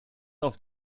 auf